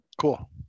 Cool